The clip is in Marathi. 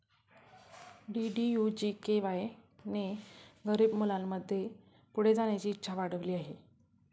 डी.डी.यू जी.के.वाय ने गरीब मुलांमध्ये पुढे जाण्याची इच्छा वाढविली आहे